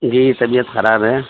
جی طبیعت خراب ہے